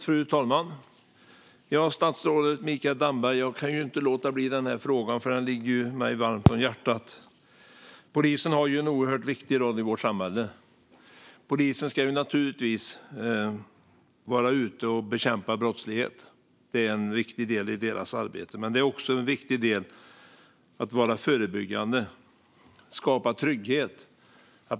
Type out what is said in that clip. Fru talman! Ja, statsrådet Mikael Damberg, jag kan inte låta bli den här frågan, för den ligger mig varmt om hjärtat. Polisen har en oerhört viktig roll i vårt samhälle. Polisen ska naturligtvis vara ute och bekämpa brottslighet. Det är en viktig del i deras arbete. Men det är också en viktig del att vara förebyggande och skapa trygghet.